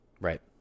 right